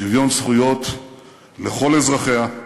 שוויון זכויות לכל אזרחיה,